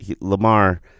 Lamar